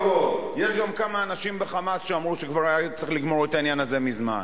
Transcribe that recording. יש גם כמה אנשים ב"חמאס" שאמרו שכבר היה צריך לגמור את העניין הזה מזמן.